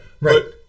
right